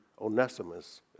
Onesimus